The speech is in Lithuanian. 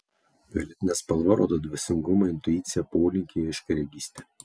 violetinė spalva rodo dvasingumą intuiciją polinkį į aiškiaregystę